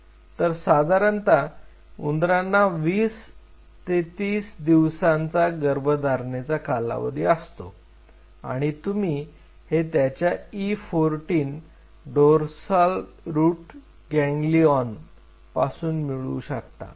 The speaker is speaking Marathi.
तर साधारणतः उंदरांना वीस ते तीस दिवसांचा गर्भधारणेचा कालावधी असतो आणि तुम्ही हे त्याच्या E14 डोर्साल रूट गॅंगलिऑन पासून मिळवू शकता